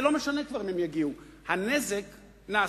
זה לא משנה כבר אם הם יגיעו, הנזק נעשה.